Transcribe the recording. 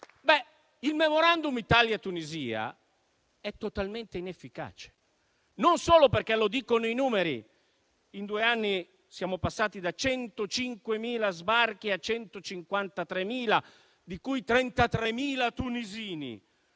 *memorandum* è totalmente inefficace, non solo perché lo dicono i numeri (in due anni siamo passati da 105.000 sbarchi a 153.000, di cui 33.000 sono